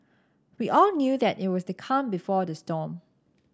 we all knew that it was the calm before the storm